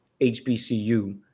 HBCU